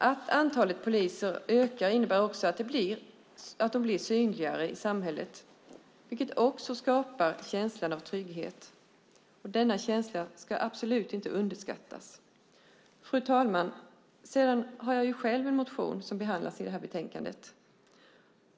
Att antalet poliser ökar innebär också att de blir synligare i samhället, vilket också skapar en känsla av trygghet. Denna känsla ska absolut inte underskattas. Fru talman! Jag har själv en motion, som behandlas i betänkandet.